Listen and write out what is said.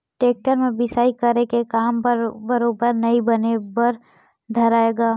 tractor म बियासी करे के काम बरोबर नइ बने बर धरय गा